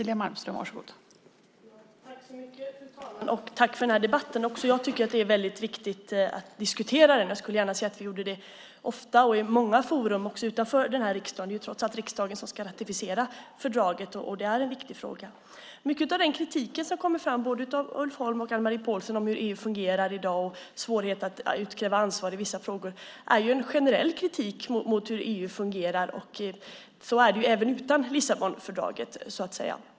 Fru talman! Tack för den här debatten! Jag tycker att det är väldigt viktigt att diskutera detta. Jag skulle gärna se att vi gjorde det ofta och i många forum, också utanför den här riksdagen, trots att det är riksdagen som ska ratificera fördraget. Det är en viktig fråga. Mycket av den kritik som kommer från både Ulf Holm och Anne-Marie Pålsson om hur EU fungerar i dag och svårigheterna att utkräva ansvar i vissa frågor är ju en generell kritik mot hur EU fungerar, och så är det ju även utan Lissabonfördraget så att säga.